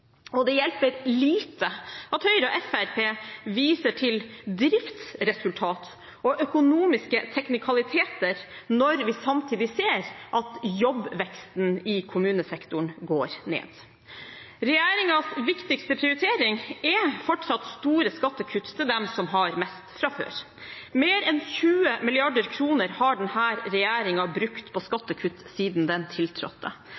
Det hjelper lite at Høyre og Fremskrittspartiet viser til driftsresultat og økonomiske teknikaliteter, når vi samtidig ser at jobbveksten i kommunesektoren går ned. Regjeringens viktigste prioritering er fortsatt store skattekutt til dem som har mest fra før. Mer enn 20 mrd. kr har denne regjeringen brukt på skattekutt siden den tiltrådte.